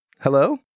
Hello